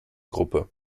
gruppe